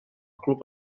club